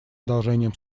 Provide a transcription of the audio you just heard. одолжением